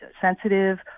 sensitive